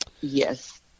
Yes